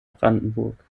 brandenburg